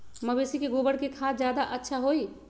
मवेसी के गोबर के खाद ज्यादा अच्छा होई?